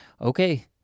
Okay